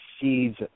seeds